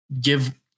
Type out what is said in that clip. give